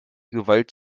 gewalt